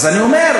אז אני אומר,